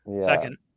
second